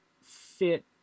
fit